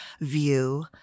view